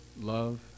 love